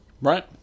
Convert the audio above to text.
Right